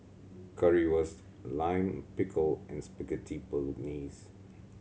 Currywurst Lime Pickle and Spaghetti Bolognese